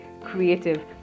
creative